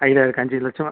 idea இருக்கா அஞ்சு லட்சம்